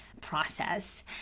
process